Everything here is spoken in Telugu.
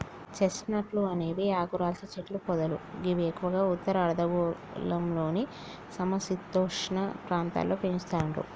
చెస్ట్ నట్లు అనేవి ఆకురాల్చే చెట్లు పొదలు గివి ఎక్కువగా ఉత్తర అర్ధగోళంలోని సమ శీతోష్ణ ప్రాంతాల్లో పెంచుతరు